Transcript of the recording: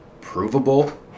provable